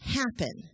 happen